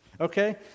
Okay